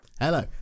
hello